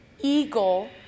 eagle